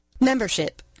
Membership